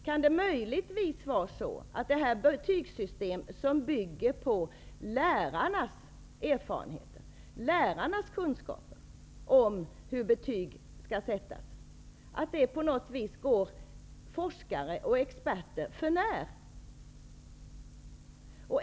Kan det möjligtvis vara så att ett betygssystem som bygger på lärarnas erfarenheter, lärarnas kunskaper om hur betyg skall sättas, på något vis går forskare och experter för när?